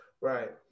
Right